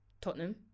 Tottenham